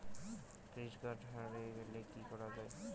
Credit card হারে গেলে কি করা য়ায়?